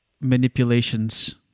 manipulations